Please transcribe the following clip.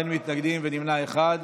אין מתנגדים, נמנע אחד,